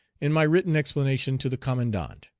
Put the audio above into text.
in my written explanation to the commandant.